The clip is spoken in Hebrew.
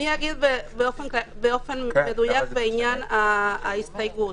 אני אגיד בצורה מדויקת בעניין ההסתייגות: